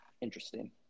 interesting